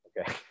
Okay